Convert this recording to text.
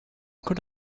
could